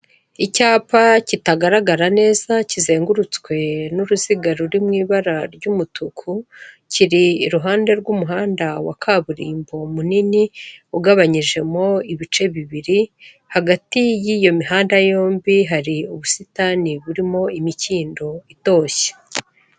Icyapa kitagaragara neza kizengurutswe n'uruziga ruri mu ibara ry'umutuku, kiri iruhande rw'umuhanda wa kaburimbo munini ugabanyijemo ibice bibiri, hagati y'iyo mihanda yombi hari ubusitani burimo imikindo itoshye.